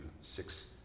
six